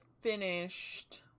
finished